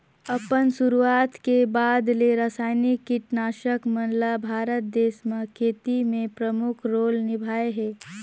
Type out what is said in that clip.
अपन शुरुआत के बाद ले रसायनिक कीटनाशक मन ल भारत देश म खेती में प्रमुख रोल निभाए हे